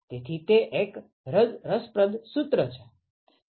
તેથી તે એક રસપ્રદ સૂત્ર છે